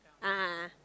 a'ah a'ah